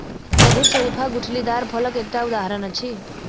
मधुर शरीफा गुठलीदार फलक एकटा उदहारण अछि